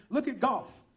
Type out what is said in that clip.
look at golf.